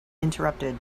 interrupted